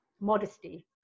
modesty